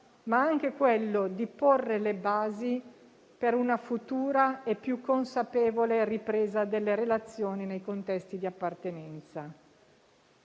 ma anche di porre le basi per una futura e più consapevole ripresa delle relazioni nei contesti di appartenenza.